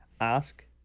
ask